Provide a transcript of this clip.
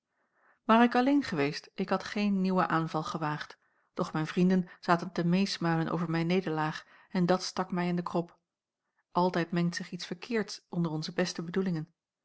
ware ik alleen geweest ik had geen nieuwen aanval gewaagd doch mijn vrienden zaten te meesmuilen over mijn nederlaag en dat stak mij in den krop altijd mengt zich iets verkeerds onder onze beste bedoelingen